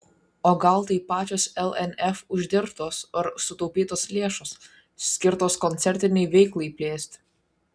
o gal tai pačios lnf uždirbtos ar sutaupytos lėšos skirtos koncertinei veiklai plėsti